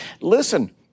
Listen